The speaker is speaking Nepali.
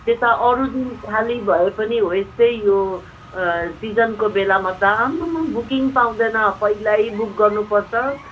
त्यता अरू दिन खाली भए पनि हो यस्तै हो सिजनको बेलामा त आम्मामा बुकिङ पाउँदैन पहिल्यै बुक गर्नुपर्छ